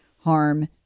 harm